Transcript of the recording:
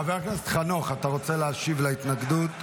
חבר הכנסת חנוך, אתה רוצה להשיב להתנגדות?